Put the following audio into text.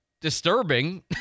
disturbing